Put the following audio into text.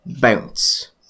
bounce